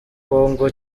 congo